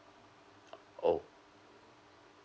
oh